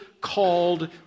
called